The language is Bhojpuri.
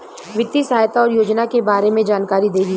वित्तीय सहायता और योजना के बारे में जानकारी देही?